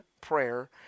prayer